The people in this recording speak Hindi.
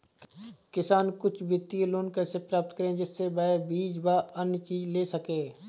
किसान कुछ वित्तीय लोन कैसे प्राप्त करें जिससे वह बीज व अन्य चीज ले सके?